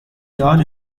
yard